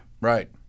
right